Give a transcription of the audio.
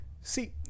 See